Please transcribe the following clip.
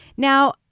Now